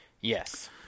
Yes